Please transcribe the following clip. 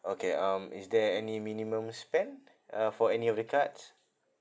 okay um is there any minimum spend uh for any of the cards